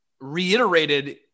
reiterated